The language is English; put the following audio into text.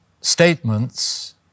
statements